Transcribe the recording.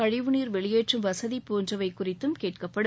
கழிவுநீர் வெளியேற்றும் வசதி போன்றவை குறித்தும் கேட்கப்படும்